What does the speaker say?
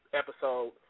episode